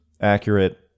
accurate